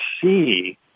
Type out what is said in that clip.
see